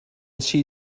see